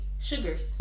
Sugars